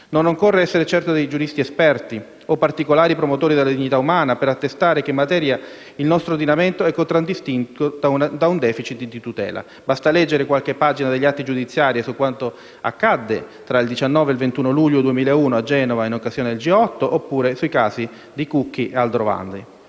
Non occorre essere certo esperti giuristi o particolari promotori della dignità umana per attestare che, in materia, il nostro ordinamento è contraddistinto da un *deficit* di tutela. Basta leggere qualche pagina degli atti giudiziari su quanto accaduto tra il 19 e il 21 luglio 2001 a Genova in occasione del G8, oppure sui casi di Cucchi e Aldrovandi.